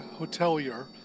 hotelier